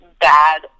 bad